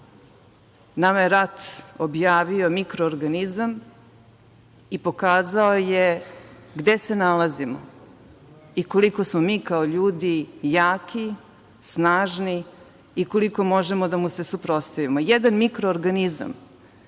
Nama je rat objavio mikroorganizam i pokazao je gde se nalazimo i koliko smo mi kao ljudi jaki, snažni i koliko možemo da mu se suprotstavimo. Jedan mikroorganizam